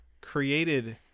created